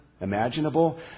imaginable